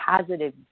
positive